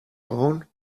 frauen